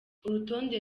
urutonde